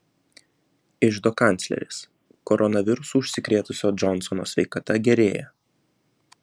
iždo kancleris koronavirusu užsikrėtusio džonsono sveikata gerėja